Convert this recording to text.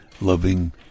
loving